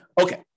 Okay